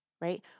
Right